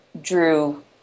drew